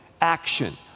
action